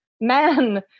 man